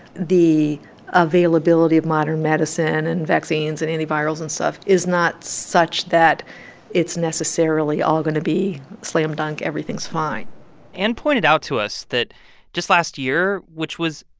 the availability of modern medicine and vaccines and antivirals and stuff is not such that it's necessarily all going to be slam dunk, everything's fine anne pointed out to us that just last year, which was,